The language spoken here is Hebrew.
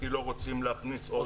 כי לא רוצים להכניס עוד כלי רכב.